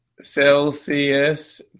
Celsius